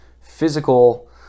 physical